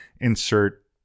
insert